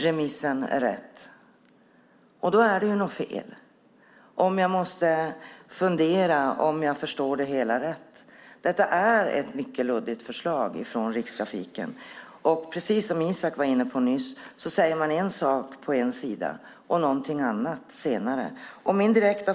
Det är något som är fel ifall jag måste fundera på om jag förstår det hela rätt. Det är ett mycket luddigt förslag som kommer från Rikstrafiken. Precis som Isak From var inne på säger man en sak på en sida och någonting annat på en senare sida.